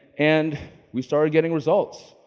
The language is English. and we started getting results,